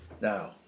Now